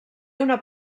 una